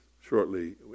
shortly